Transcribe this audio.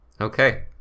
Okay